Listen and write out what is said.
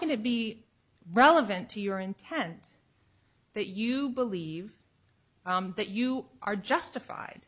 can it be relevant to your intent that you believe that you are justified